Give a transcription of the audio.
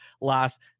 last